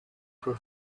for